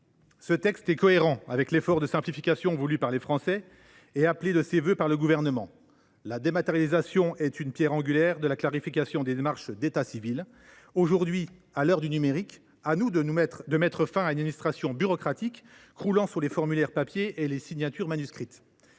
Ce texte est cohérent avec l’effort de simplification voulu par les Français et le Gouvernement. La dématérialisation est une pierre angulaire de la clarification des démarches d’état civil. À l’heure du numérique, c’est à nous qu’il revient de mettre fin à une administration bureaucratique croulant sur les formulaires papier et les signatures manuscrites.